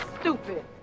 stupid